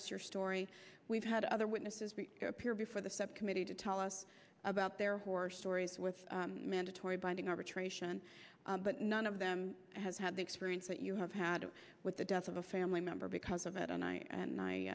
us your story we've had other witnesses appear before the subcommittee to tell us about their horror stories with mandatory binding arbitration but none of them has had the experience that you have had with the death of a family member because of that and i